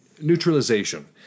neutralization